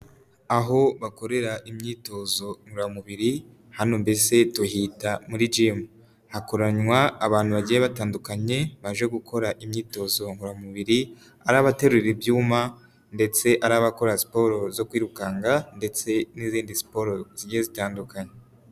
Aho bakorera imyitozo ngororamubiri hano mbese tuhita muri gym hakoranywa abantu bagiye batandukanye baje gukora imyitozo ngororamubiri ari abaterura ibyuma ndetse ari n'abakora siporo zo kwirukanka ndetse n'izindi siporo zigiye zitandukanye.